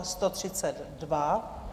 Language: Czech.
132.